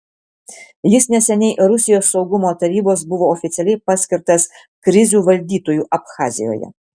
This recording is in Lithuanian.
jis neseniai rusijos saugumo tarybos buvo oficialiai paskirtas krizių valdytoju abchazijoje